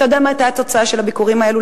אתה יודע מה היתה התוצאה של הביקורים האלה,